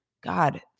God